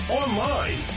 online